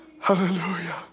Hallelujah